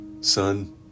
son